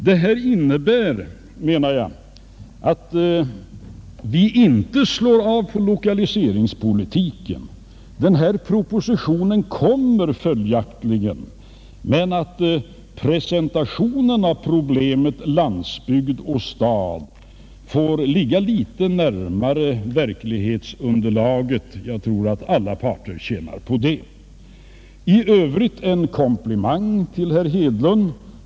Detta innebär menar jag, att vi inte slår av på lokaliseringspolitiken — denna proposition kommer följaktligen — men att presentationen av problemet landsbygd och stad får ligga litet närmare verklighetsunderlaget. Jag tror att alla parter tjänar på det. I övrigt en komplimang till herr Hedlund.